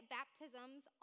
baptisms